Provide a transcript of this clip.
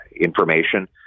information